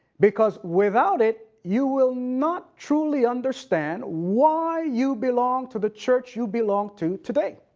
because without it you will not truly understand why you belong to the church you belong to today.